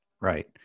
Right